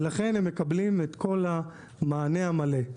ולכן הם מקבלים את כל המענה המלא.